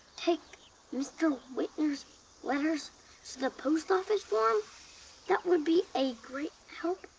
take mr. whitner's letters to the post office for him that would be a great help.